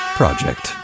project